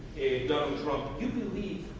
donald trump. you believe,